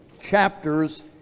chapters